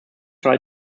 try